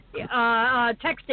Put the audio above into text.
texting